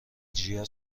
جیا